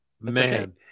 man